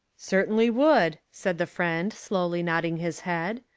certainly would, said the friend, slowly nodding his head.